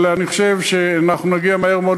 אבל אני חושב שאנחנו נגיע מהר מאוד